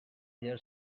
their